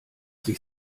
sich